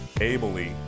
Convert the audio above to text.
ably